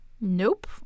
Nope